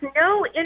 no